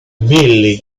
billy